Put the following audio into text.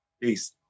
Peace